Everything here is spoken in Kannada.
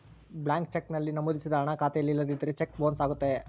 ಬ್ಲಾಂಕ್ ಚೆಕ್ ನಲ್ಲಿ ನಮೋದಿಸಿದ ಹಣ ಖಾತೆಯಲ್ಲಿ ಇಲ್ಲದಿದ್ದರೆ ಚೆಕ್ ಬೊನ್ಸ್ ಅಗತ್ಯತೆ